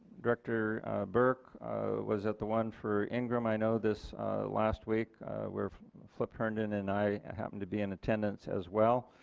director burke was at the one for ingraham, i know this last week where flip herndon and i happened to be in attendance as well.